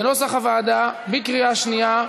כנוסח הוועדה, בקריאה שנייה.